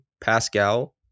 Pascal